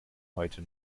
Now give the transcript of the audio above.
heute